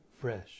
fresh